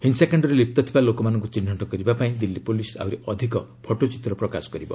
ହିଂସାକାଣରେ ଲିପ୍ତ ଥିବା ଲୋକମାନଙ୍କୁ ଚିହ୍ନଟ କରିବା ପାଇଁ ଦିଲ୍ଲୀ ପ୍ରଲିସ୍ ଆହୁରି ଅଧିକ ଫଟୋଚିତ୍ର ପ୍ରକାଶ କରିବ